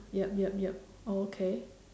yup yup yup oh okay